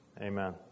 Amen